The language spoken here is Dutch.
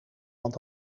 want